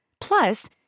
Plus